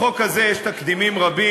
בחוק הזה יש תקדימים רבים,